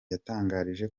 yatangarije